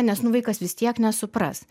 nes nu vaikas vis tiek nesupras